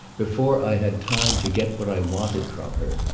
before i had time to get what i wanted from her.